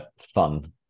fun